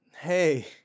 Hey